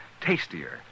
tastier